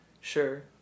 Sure